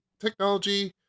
technology